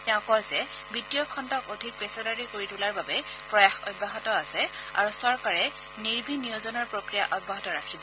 তেওঁ কয় যে বিত্তীয় খণুক অধিক পেচাদাৰী কৰি তোলাৰ বাবে প্ৰয়াস অব্যাহত আছে আৰু চৰকাৰে নিৰ্বিনিয়োজনৰ প্ৰক্ৰিয়া অব্যাহত ৰাখিব